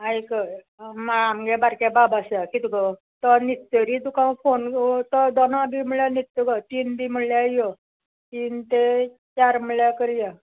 आयकय मा आमगे बारके बाब आसा कित गो तो न्हिदतरी तुका हांव फोन गो तो दोनां बी म्हळ्ळ्या न्हिदत गो तीन बी म्हळ्ळ्या यो तीन ते चार म्हळ्ळ्या करया